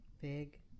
big